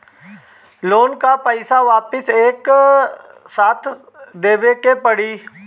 Loan का पईसा वापिस एक साथ देबेके पड़ी?